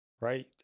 right